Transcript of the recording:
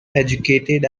educated